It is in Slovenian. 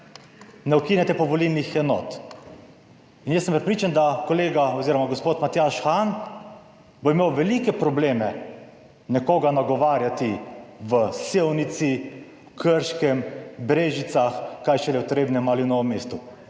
ne ukinjate pa volilnih enot. In jaz sem prepričan, da kolega oziroma gospod Matjaž Han bo imel velike probleme nekoga nagovarjati v Sevnici, Krškem, Brežicah kaj šele v Trebnjem ali Novem mestu.